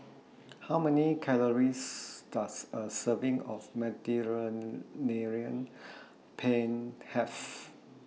How Many Calories Does A Serving of Penne Have